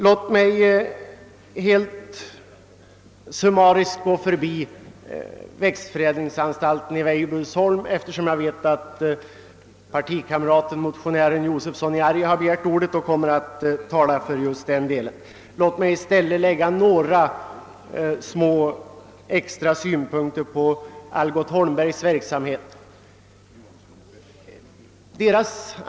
Låt mig gå förbi växtförädlingsanstalten i Weibullsholm, eftersom jag vet att min partikamrat Josefson i Arrie som är motionär har begärt ordet och kommer att tala om den. Låt mig i stäl let anföra några synpunkter på Algot Holmbergs verksamhet.